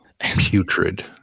putrid